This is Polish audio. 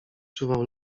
czuwał